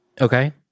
okay